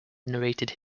narrated